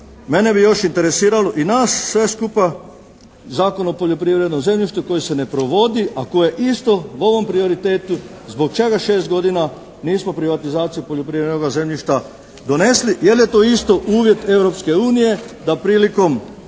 mene bi još interesiralo i nas sve skupa Zakon o poljoprivrednom zemljištu koji se ne provodi, a koji je isto u ovom prioritetu zbog čega 6 godina nismo privatizaciju poljoprivrednoga zemljišta donesli jer je to isto uvjet Europske unije da prilikom